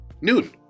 noon